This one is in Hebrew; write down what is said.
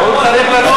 חלילה.